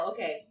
Okay